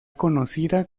conocida